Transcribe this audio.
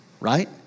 right